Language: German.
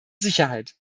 sicherheit